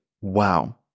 wow